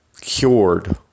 cured